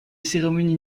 cérémonies